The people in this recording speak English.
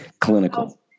Clinical